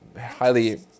highly